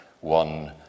one